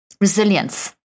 resilience